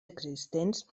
existents